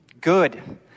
Good